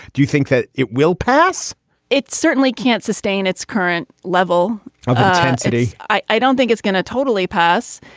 do you think that it will pass it certainly can't sustain its current level of intensity. i i don't think it's going to totally pass.